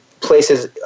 places